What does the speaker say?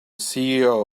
ceo